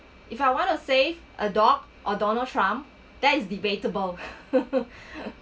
if I want to save a dog or donald trump there is debatable